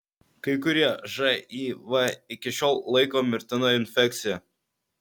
kai kurie živ iki šiol laiko mirtina infekcija